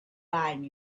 lying